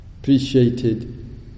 appreciated